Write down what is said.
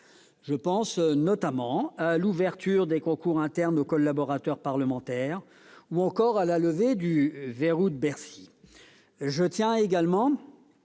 Je pense notamment à l'ouverture des concours internes aux collaborateurs parlementaires, ou encore à la levée du « verrou de Bercy